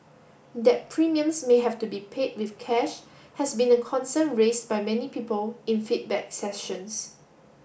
that premiums may have to be paid with cash has been a concern raise by many people in feedback sessions